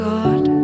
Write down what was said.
God